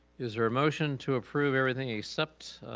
is there a motion to approve everything except